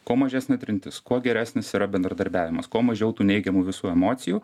kuo mažesnė trintis kuo geresnis yra bendradarbiavimas kuo mažiau tų neigiamų visų emocijų